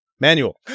Manual